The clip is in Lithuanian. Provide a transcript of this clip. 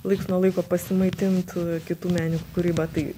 laiks nuo laiko pasimaitint kitų menininkų kūryba tai